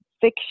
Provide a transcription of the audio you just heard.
fiction